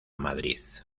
madrid